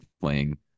playing